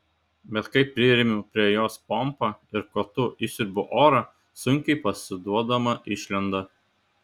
bet kai priremiu prie jos pompą ir kotu išsiurbiu orą sunkiai pasiduodama išlenda